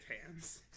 hands